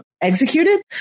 executed